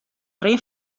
rin